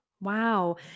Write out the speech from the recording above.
Wow